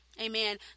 Amen